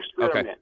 Okay